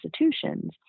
institutions